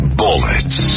bullets